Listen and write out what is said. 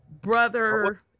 brother